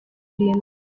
irindwi